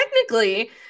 technically